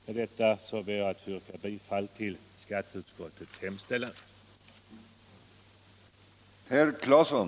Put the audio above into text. Med detta ber jag att få yrka bifall till skatteutskottets hemställan.